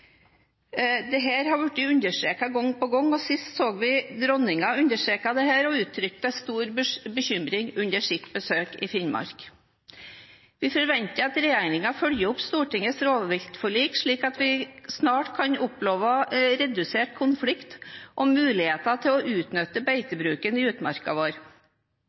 har blitt understreket gang på gang, og sist så vi dette understreket av Dronningen, som utrykte stor bekymring under sitt besøk i Finnmark. Vi forventer at regjeringen følger opp Stortingets rovviltforlik, slik at vi snart kan oppleve redusert konflikt og muligheter til å utnytte beitebruken i utmarka.